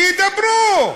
שידברו,